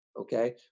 okay